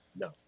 No